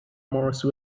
maurice